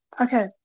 Okay